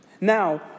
Now